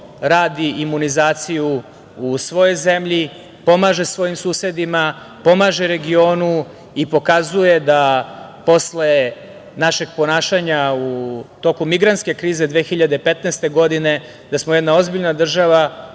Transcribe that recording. radi imunizaciju u svojoj zemlji, pomaže svojim susedima, pomaže regionu i pokazuje da posle našeg ponašanja u toku migrantske krize 2015. godine, da smo jedna ozbiljna država,